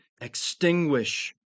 extinguish